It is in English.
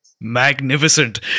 Magnificent